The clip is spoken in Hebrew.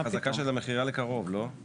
חזקה של מכירה לקרוב, לא?